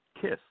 KISS